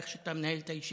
איך שאתה מנהל את הישיבה,